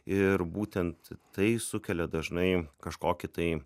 ir būtent tai sukelia dažnai kažkokį tai